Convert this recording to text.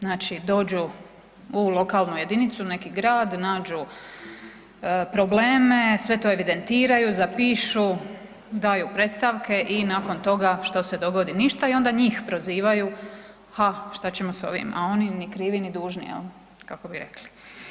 Znači, dođu u lokalnu jedinicu, neki grad, nađu probleme, sve to evidentiraju, zapišu, daju predstavke i nakon toga što se dogodi, ništa i onda njih prozivaju ha šta ćemo s ovim, a oni ni krivi ni dužni jel kako bi rekli.